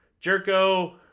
Jerko